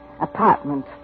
Apartment